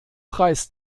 preis